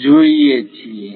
જોઈએ છીએ